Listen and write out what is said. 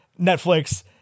netflix